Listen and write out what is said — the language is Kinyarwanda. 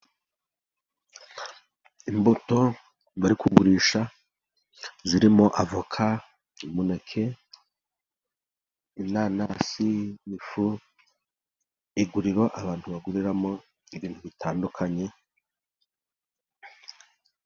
Imbuto bari kugurisha zirimo avoka, umuneke, inanasi, n’ifu. Iguriro, abantu baguriramo ibintu bitandukanye.